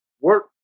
Work